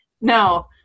no